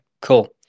cool